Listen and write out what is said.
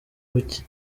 buke